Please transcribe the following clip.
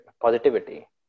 positivity